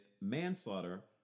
manslaughter